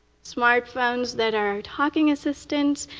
smartphones that are talking assistants,